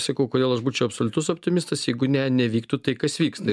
sakau kodėl aš būčiau absoliutus optimistas jeigu ne nevyktų tai kas vyksta